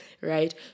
right